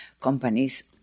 companies